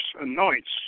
anoints